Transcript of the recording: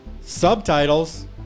Subtitles